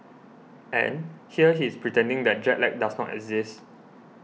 and here he is pretending that jet lag does not exist